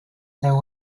there